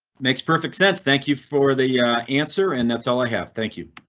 makes perfect sense. thank you for the yeah answer and that's all i have, thank you.